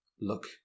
look